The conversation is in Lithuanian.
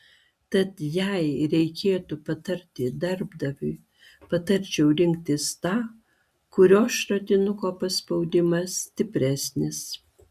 tad jei reikėtų patarti darbdaviui patarčiau rinktis tą kurio šratinuko paspaudimas stipresnis